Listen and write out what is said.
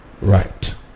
right